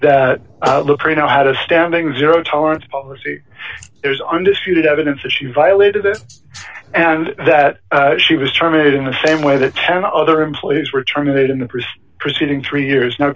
that look right now had a standing zero tolerance policy there's undisputed evidence that she violated it and that she was terminated in the same way that ten other employees were terminated in the priest proceeding three years now